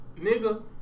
nigga